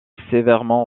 sévèrement